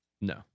No